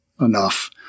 enough